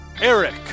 Eric